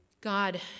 God